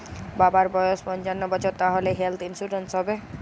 বাবার বয়স পঞ্চান্ন বছর তাহলে হেল্থ ইন্সুরেন্স হবে?